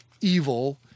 evil